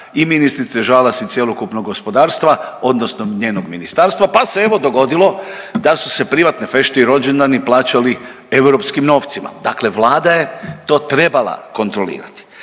i ministrice Žalac i cjelokupnog gospodarstva, odnosno njenog ministarstva, pa se, evo, dogodilo da su se privatne fešte i rođendani plaćali europskim novcima. Dakle Vlada je to trebala kontrolirati.